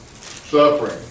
suffering